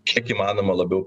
kiek įmanoma labiau